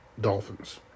Dolphins